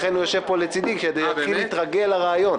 לכן הוא יושב פה לצדי, כדי להתחיל להתרגל לרעיון.